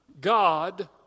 God